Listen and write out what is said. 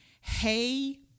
hey